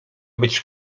być